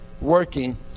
working